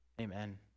Amen